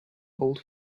old